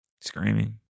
screaming